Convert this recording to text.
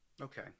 Okay